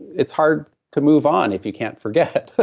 it's hard to move on if you can't forget.